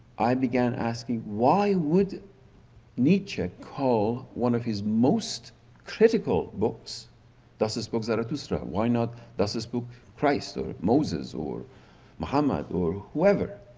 i began asking why would nietzsche call one of his most critical books thus spoke zarathustra? why not thus spoke christ or moses or mohamad or whoever?